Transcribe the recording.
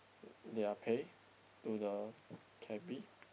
their pay to the cabby